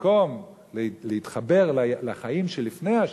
במקום להתחבר לחיים שלפני השואה,